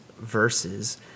verses